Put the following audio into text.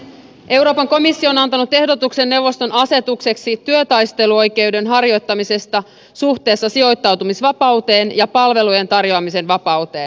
euroopan komissio on antanut ehdotuksen neuvoston asetukseksi työtaisteluoikeuden harjoittamisesta suhteessa sijoittautumisvapauteen ja palvelujen tarjoamisen vapauteen